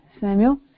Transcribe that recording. Samuel